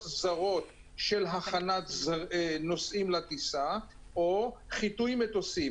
זרות של הכנת נוסעים לטיסה או חיטוי מטוסים.